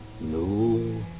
No